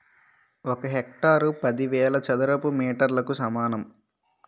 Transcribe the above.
ఒక హెక్టారు పదివేల చదరపు మీటర్లకు సమానం